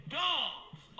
dogs